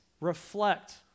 Reflect